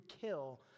kill